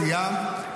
סיימת?